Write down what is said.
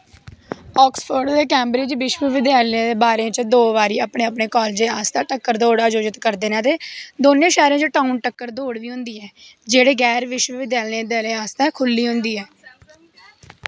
Oxford ते Cambridge विश्व विद्यालय ब'रे च दो बारी अपने अपने कालजें आस्तै टक्कर दौड़ आयोजत करदे न ते दौनें शैह्रें च टाउन टक्कर दौड़ बी होंदी ऐ जेह्ड़ी गैर विश्वविद्याली दलें आस्तै खु'ल्ली होंदी ऐ